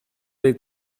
dei